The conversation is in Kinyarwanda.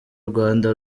rwanda